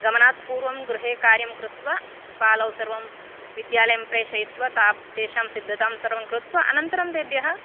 गमनात्पूर्वं गृहे कार्यं कृत्वा बालौ सर्वं विद्यालयं प्रेषयित्वा ता तेषां सिद्धतां सर्वं कृत्वा अनन्तरं तेभ्यः